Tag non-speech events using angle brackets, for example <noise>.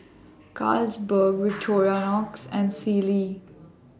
Carlsberg <noise> Victorinox and Sealy